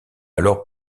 alors